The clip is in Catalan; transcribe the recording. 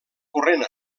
corrent